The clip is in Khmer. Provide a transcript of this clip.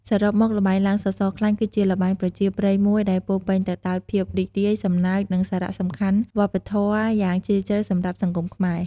សរុបមក ល្បែងឡើងសសរខ្លាញ់ គឺជាល្បែងប្រជាប្រិយមួយដែលពោរពេញទៅដោយភាពរីករាយ សំណើច និងសារៈសំខាន់វប្បធម៌យ៉ាងជ្រាលជ្រៅសម្រាប់សង្គមខ្មែរ។